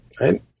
right